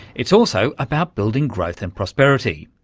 it's also about building growth and prosperity.